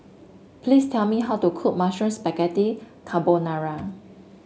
please tell me how to cook Mushroom Spaghetti Carbonara